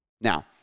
now